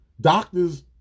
doctors